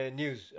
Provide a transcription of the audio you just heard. news